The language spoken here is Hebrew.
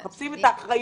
אנחנו מחפשים את האחריות.